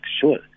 sure